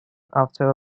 after